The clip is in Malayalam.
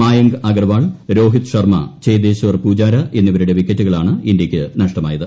മായങ്ക് അഗർവാൾ രോഹിത് ശർമ്മ ചേതേശ്വർ പൂജാര എന്നിവരുടെ വിക്കറ്റുകളാണ് ഇന്ത്യയ്ക്ക് നഷ്ടമായത്